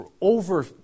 over